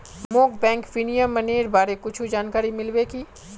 मोक बैंक विनियमनेर बारे कुछु जानकारी मिल्बे की